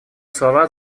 слова